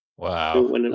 Wow